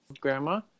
grandma